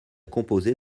composer